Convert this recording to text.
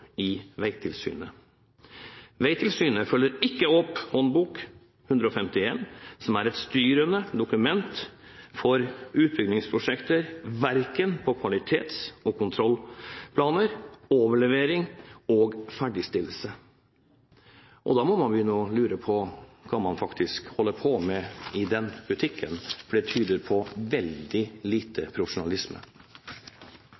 i Vegtilsynet. Vegtilsynet følger ikke opp Håndbok 151, som er et styrende dokument for utbyggingsprosjekter, verken når det gjelder kvalitets- og kontrollplaner, overlevering eller ferdigstillelse. Da må man begynne å lure på hva man faktisk holder på med i den butikken, for det tyder på veldig lite